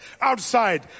outside